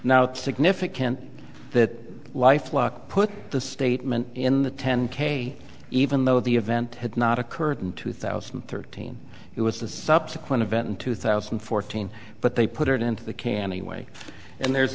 now significant that life lock put the statement in the ten k even though the event had not occurred in two thousand and thirteen it was the subsequent event in two thousand and fourteen but they put it into the can anyway and there's